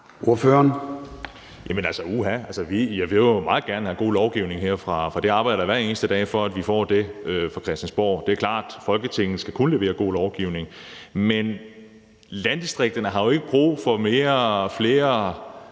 da, vi vil jo meget gerne have god lovgivning her, og det arbejder jeg da hver eneste dag for at vi får på Christiansborg. Det er klart, at Folketinget kun skal levere god lovgivning, men landdistrikterne har jo ikke brug for flere